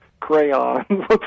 crayon